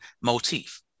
motif